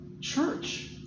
church